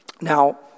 Now